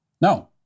No